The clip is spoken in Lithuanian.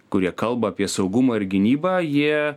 kurie kalba apie saugumą ir gynybą jie